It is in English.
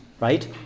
Right